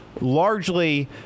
largely